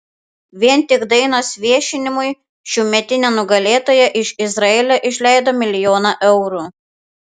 vien tik dainos viešinimui šiųmetinė nugalėtoja iš izraelio išleido milijoną eurų